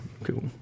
Cool